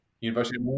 University